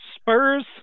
Spurs